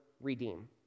redeem